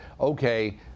okay